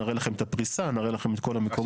נראה לכם את הפריסה, נראה לכם את כל המקומות.